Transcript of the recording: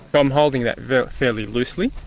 but i'm holding that very very loosely.